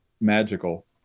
magical